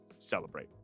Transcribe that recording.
Celebrate